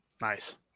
Nice